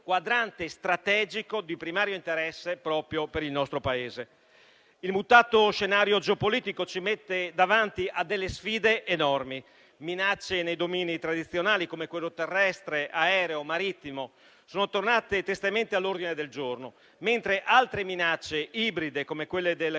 quadrante strategico di primario interesse proprio per il nostro Paese. Il mutato scenario geopolitico ci mette davanti a delle sfide enormi; minacce nei domini tradizionali, come quello terrestre, aereo e marittimo sono tornate tristemente all'ordine del giorno, mentre altre minacce ibride, come quelle del